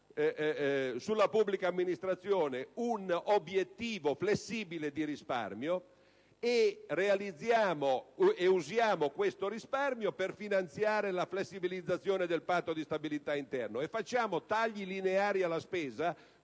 sulla pubblica amministrazione un obiettivo flessibile di risparmio e si utilizza questo risparmio per finanziare la flessibilizzazione del Patto di stabilità interno. Si interviene poi con tagli lineari alla spesa,